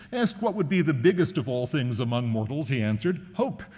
asked what would be the biggest of all things among mortals, he answered, hope.